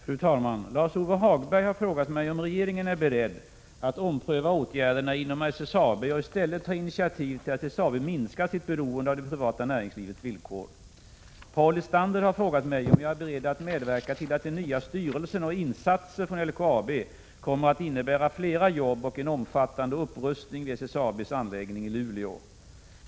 Fru talman! Lars-Ove Hagberg har frågat mig om regeringen är beredd att ompröva åtgärderna inom SSAB och i stället ta initiativ till att SSAB minskar sitt beroende av det privata näringslivets villkor. Paul Lestander har frågat mig om jag är beredd att medverka till att den nya styrelsen och insatser från LKAB kommer att innnebära flera jobb och en omfattande upprustning vid SSAB:s anläggning i Luleå.